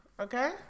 okay